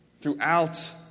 Throughout